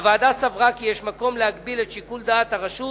הוועדה סברה כי יש מקום להגביל את שיקול דעת הרשות